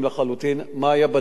מה היה בדיון בבית-המשפט?